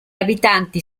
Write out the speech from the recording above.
abitanti